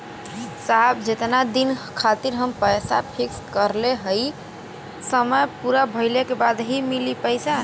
साहब जेतना दिन खातिर हम पैसा फिक्स करले हई समय पूरा भइले के बाद ही मिली पैसा?